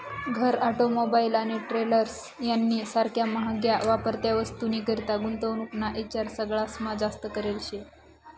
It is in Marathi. घर, ऑटोमोबाईल आणि ट्रेलर्स यानी सारख्या म्हाग्या वापरत्या वस्तूनीकरता गुंतवणूक ना ईचार सगळास्मा जास्त करेल शे